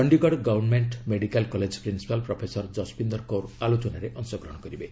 Chandigarh government medical college principal professor Kasbinder Kaur ଆଲୋଚନାରେ ଅଂଶଗ୍ରହଣ କରିବେ